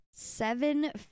Seven